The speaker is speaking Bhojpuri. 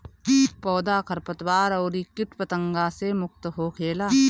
पौधा खरपतवार अउरी किट पतंगा से मुक्त होखेला